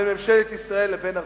בין ממשלת ישראל לבין ארצות-הברית.